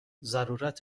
ضرورت